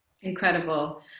Incredible